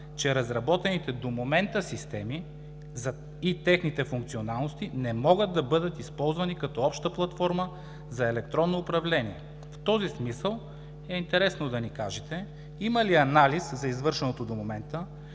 че разработените до момента системи и техните функционалности не могат да бъдат използвани като обща платформа за електронно управление.“ В този смисъл е интересно да ни кажете има ли анализ за извършеното до момента,